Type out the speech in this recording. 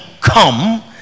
come